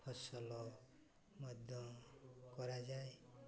ଫସଲ ମଧ୍ୟ କରାଯାଏ